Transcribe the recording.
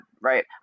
right